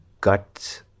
guts